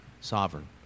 sovereign